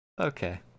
okay